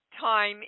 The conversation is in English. time